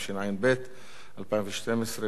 התשע"ב 2012,